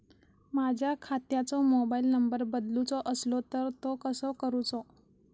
माझ्या खात्याचो mobile number बदलुचो असलो तर तो कसो करूचो?